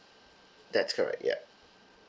that's correct ya